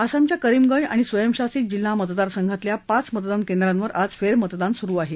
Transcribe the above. आसामच्या करीमगंज आणि स्वयंशासित जिल्हा मतदारसंघातल्या पाच मतदान केंद्रावर आज फेरमतदान सुरू आहे